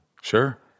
Sure